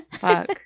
Fuck